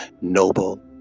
noble